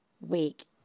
week